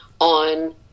on